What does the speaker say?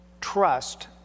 trust